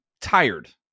tired